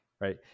right